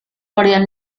guardián